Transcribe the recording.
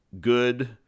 good